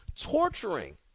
torturing